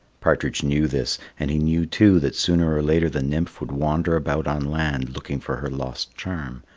partridge knew this, and he knew too that sooner or later the nymph would wander about on land looking for her lost charm.